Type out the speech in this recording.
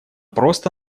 просто